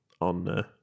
on